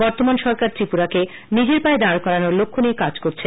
বর্তমান সরকার ত্রিপুরাকে নিজের পায়ে দাঁড় করানোর লক্ষ্য নিয়ে কাজ করছে